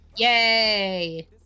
Yay